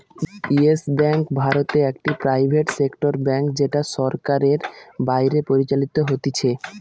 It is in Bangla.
ইয়েস বেঙ্ক ভারতে একটি প্রাইভেট সেক্টর ব্যাঙ্ক যেটা সরকারের বাইরে পরিচালিত হতিছে